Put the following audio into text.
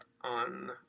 on